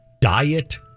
Diet